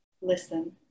listen